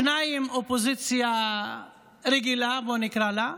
שניים מהאופוזיציה הרגילה, בואו נקרא לה,